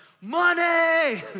money